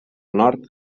nord